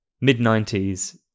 mid-90s